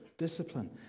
discipline